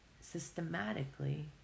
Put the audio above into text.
systematically